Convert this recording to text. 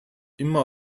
immer